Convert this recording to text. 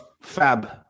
Fab